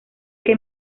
que